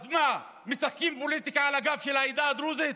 אז מה, משחקים פוליטיקה על הגב של העדה הדרוזית?